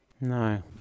No